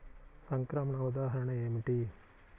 సంక్రమణ ఉదాహరణ ఏమిటి?